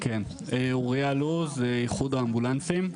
כן, אוריה לוז, איחוד האמבולנסים.